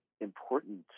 important